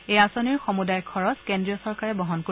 এই আঁচনিৰ সমুদায় খৰচ কেন্দ্ৰীয় চৰকাৰে বহন কৰিব